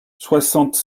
soixante